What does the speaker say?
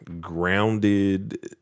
grounded